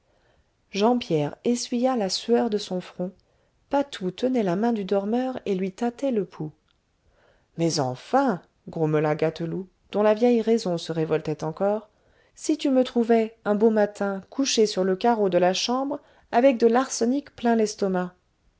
pierre essuya la sueur de son front patou tenait la main du dormeur et lui tâtait le pouls mais enfin grommela gâteloup dont la vieille raison se révoltait encore si tu me trouvais un beau matin couché sur le carreau de la chambre avec de l'arsenic plein l'estomac